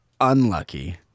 unlucky